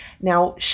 Now